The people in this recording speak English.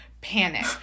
panic